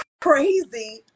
crazy